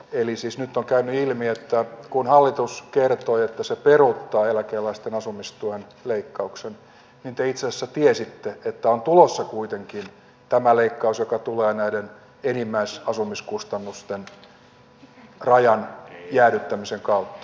eli siis nyt on käynyt ilmi että kun hallitus kertoi että se peruuttaa eläkeläisten asumistuen leikkauksen niin te itse asiassa tiesitte että on tulossa kuitenkin tämä leikkaus joka tulee näiden enimmäisasumiskustannusten rajan jäädyttämisen kautta